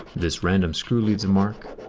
this random screw leaves a mark.